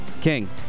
King